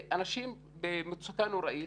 אנשים במצוקה נוראית,